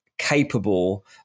capable